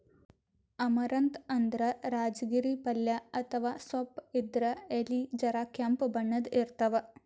amaranth ಅಂದ್ರ ರಾಜಗಿರಿ ಪಲ್ಯ ಅಥವಾ ಸೊಪ್ಪ್ ಇದ್ರ್ ಎಲಿ ಜರ ಕೆಂಪ್ ಬಣ್ಣದ್ ಇರ್ತವ್